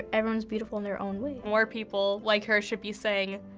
everyone's beautiful in their own way. more people like her should be saying,